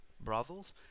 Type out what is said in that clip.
brothels